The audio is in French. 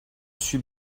suis